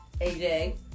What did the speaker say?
AJ